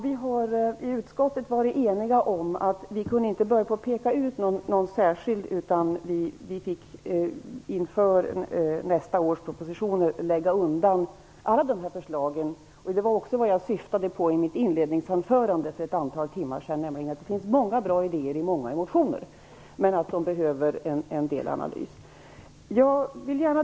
Vi har i utskottet varit eniga om att vi inte kunde peka ut någon särskild högskola och fick inför nästa års propositioner lägga undan alla dessa förslag. Vad jag också syftade på i mitt inledningsanförande för ett antal timmar sedan var att många motioner innehåller många bra idéer men att de behöver analyseras en del.